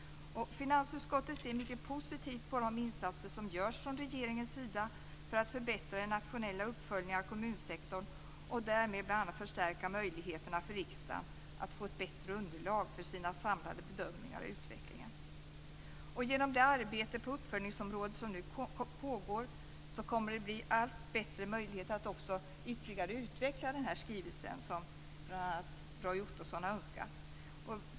Finansutskottet ser mycket positivt på de insatser som görs från regeringens sida för att förbättra den nationella uppföljningen av kommunsektorn och därmed bl.a. förstärka möjligheterna för riksdagen att få ett bättre underlag för sina samlade bedömningar av utvecklingen. Genom det arbete på uppföljningsområdet som nu pågår kommer det att bli allt bättre möjligheter att ytterligare utveckla skrivelsen, som bl.a. Roy Ottosson har önskat.